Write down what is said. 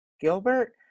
gilbert